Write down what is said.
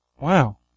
wow